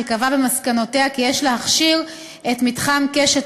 שקבעה במסקנותיה כי יש להכשיר את מתחם קשת